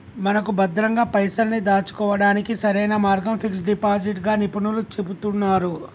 మనకు భద్రంగా పైసల్ని దాచుకోవడానికి సరైన మార్గం ఫిక్స్ డిపాజిట్ గా నిపుణులు చెబుతున్నారు